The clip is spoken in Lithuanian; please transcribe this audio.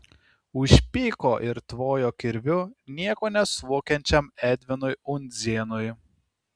užpyko ir tvojo kirviu nieko nesuvokiančiam edvinui undzėnui